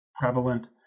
prevalent